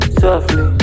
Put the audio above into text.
softly